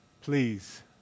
Please